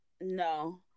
No